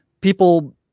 people